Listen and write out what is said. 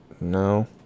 no